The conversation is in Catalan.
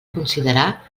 considerar